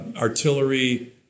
artillery